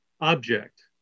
object